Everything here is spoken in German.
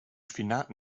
spinat